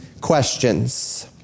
questions